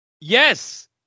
Yes